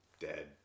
dead